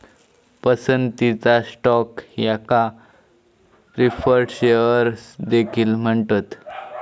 पसंतीचा स्टॉक याका preferred shares देखील म्हणतत